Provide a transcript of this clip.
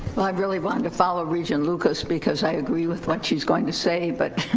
i really wanted to follow regent lucas, because i agree with what she's going to say, but